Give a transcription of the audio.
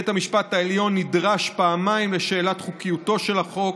בית המשפט העליון נדרש פעמיים לשאלת חוקיותו של החוק.